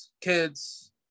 kids